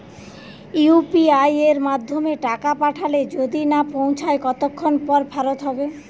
UPI য়ের মাধ্যমে টাকা পাঠালে যদি না পৌছায় কতক্ষন পর ফেরত হবে?